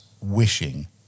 wishing